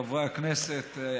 חברי הכנסת,